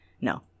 no